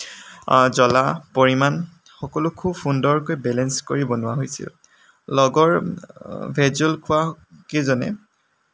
জলাৰ পৰিমাণ সকলো খুব সুন্দৰকৈ বেলেঞ্চ কৰি বনোৱা হৈছিল লগৰ ভেজ ৰ'ল খোৱা কেইজনে